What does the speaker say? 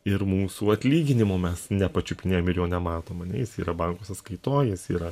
ir mūsų atlyginimo mes nepačiupinėjam ir jo nematom ane jis yra banko sąskaitoj jis yra